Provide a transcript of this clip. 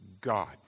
God